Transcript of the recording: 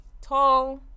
tall